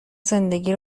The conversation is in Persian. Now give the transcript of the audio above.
زندگی